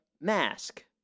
mask